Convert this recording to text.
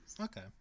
Okay